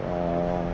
orh